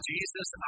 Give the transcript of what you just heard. Jesus